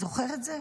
זוכר את זה?